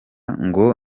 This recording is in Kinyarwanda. ngo